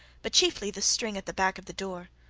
but chiefly the string at the back of the door.